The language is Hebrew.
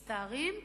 מצטערים,